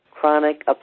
Chronic